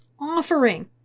offering